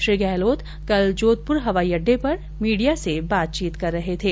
श्री गहलोत कल जोघप्र हवाई अड्डे पर मीडिया से बातचीत कर रहे थे